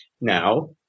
Now